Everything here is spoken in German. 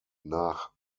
nach